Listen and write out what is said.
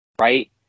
Right